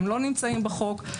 הם לא נמצאים בחוק,